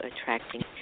attracting